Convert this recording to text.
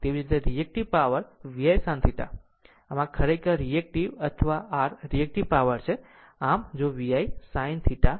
તેવી જ રીતે આ રીએક્ટીવ પાવર VI sin θઆમ આ ખરેખર રીએક્ટીવ અથવા r રીએક્ટીવ પાવર છે આમ જો VI sin θ છે